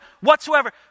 whatsoever